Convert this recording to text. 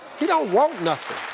he don't want nothing.